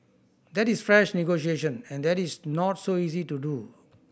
that is fresh negotiation and that is not so easy to do